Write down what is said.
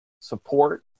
support